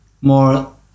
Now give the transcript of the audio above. more